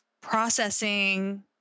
processing